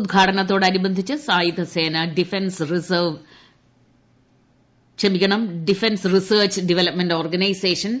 ഉദ്ഘാടനത്തോടനുബന്ധിച്ച് സായുധസേന defence research development organisation